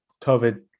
COVID